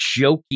jokey